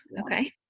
Okay